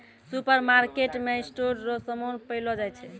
सुपरमार्केटमे स्टोर रो समान पैलो जाय छै